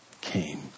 came